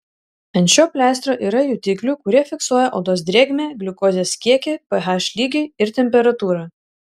ant šio pleistro yra jutiklių kurie fiksuoja odos drėgmę gliukozės kiekį ph lygį ir temperatūrą